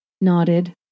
nodded